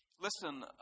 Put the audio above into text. Listen